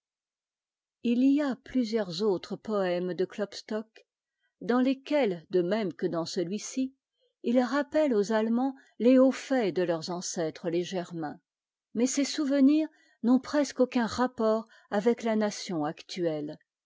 i y a plusieurs autres poëmes de klopstock dans lesquels de même que dans celui-ci il rappelle aux allemands'les hauts faits de eurs ancêtrés tes'germains mais ces souvenirs n'ont presque aucun rapport avec la nation àctuehe